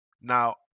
Now